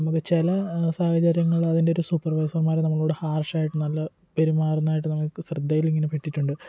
നമുക്ക് ചില സാഹചര്യങ്ങളതിൻറ്റൊരു സൂപ്പർവൈസർമാര് നമ്മളോട് ഹാർഷായിട്ട് നല്ല പെരുമാറുന്നതായിട്ട് നമുക്ക് ശ്രദ്ധേല് ഇങ്ങനെ പെട്ടിട്ടുണ്ട്